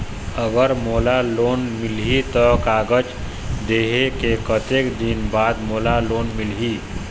अगर मोला लोन मिलही त कागज देहे के कतेक दिन बाद मोला लोन मिलही?